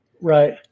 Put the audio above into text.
right